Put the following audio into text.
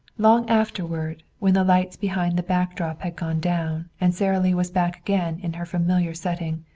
long afterward, when the lights behind the back drop had gone down and sara lee was back again in her familiar setting,